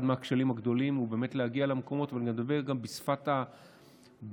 אחד מהכשלים הגדולים הוא באמת להגיע למקומות ולדבר גם בשפת הנפגעים